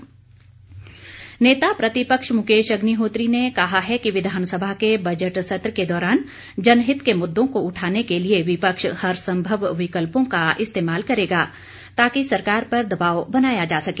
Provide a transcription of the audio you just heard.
मुकेश अग्निहोत्री नेता प्रतिपक्ष मुकेश अग्निहोत्री ने कहा है कि विधानसभा के बजट सत्र के दौरान जनहित के मुददों को उठाने के लिए विपक्ष हरसंभव विकल्पों का इस्तेमाल करेगा ताकि सरकार पर दबाव बनाया जा सके